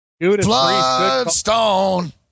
Bloodstone